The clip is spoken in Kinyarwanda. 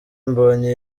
mbonyi